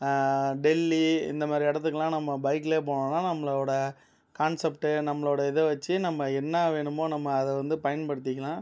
டெல்லி இந்த மாதிரி இடத்துக்குலாம் நம்ம பைக்கிலே போனோம்னால் நம்மளோட கான்செப்ட் நம்மளோட இதை வைச்சு நம்ம என்ன வேணுமோ நம்ம அதை வந்து பயன்படுத்திக்கலாம்